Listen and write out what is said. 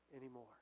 anymore